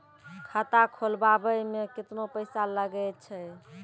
खाता खोलबाबय मे केतना पैसा लगे छै?